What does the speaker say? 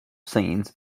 scenes